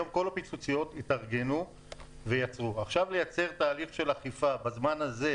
כל הפיצוציות התארגנו ועכשיו רוצים לייצר תהליך של אכיפה בזמן הזה,